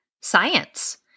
science